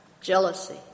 jealousy